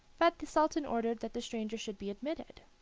but the sultan ordered that the stranger should be admitted.